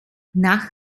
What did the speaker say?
nach